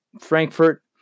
Frankfurt